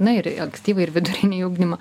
na ir į ankstyvą ir vidurinį ugdymą